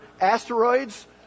asteroids